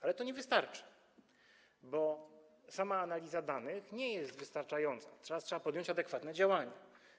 Ale to nie wystarczy, bo sama analiza danych nie jest wystarczająca, teraz trzeba podjąć adekwatne działania.